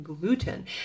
gluten